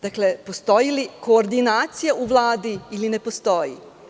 Dakle, postoji li koordinacija u Vladi ili ne postoji?